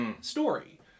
story